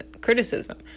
criticism